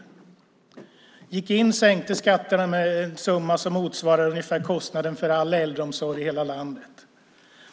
Man gick in och sänkte skatterna med en summa som motsvarar ungefär kostnaden för all äldreomsorg i hela landet.